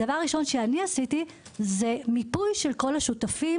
הדבר הראשון שאני עשיתי זה מיפוי של כל השותפים